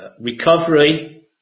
recovery